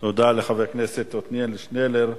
תודה לחבר הכנסת עתניאל שנלר.